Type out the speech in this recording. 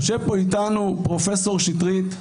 יושב פה איתנו פרופ' שטרית,